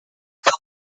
couple